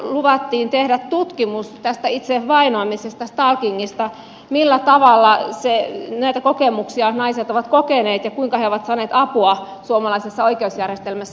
lisäksi luvattiin tehdä tutkimus tästä itse vainoamisesta stalkingista millä tavalla näitä kokemuksia naiset ovat kokeneet ja kuinka he ovat saaneet apua suomalaisessa oikeusjärjestelmässä